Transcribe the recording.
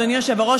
אדוני היושב-ראש,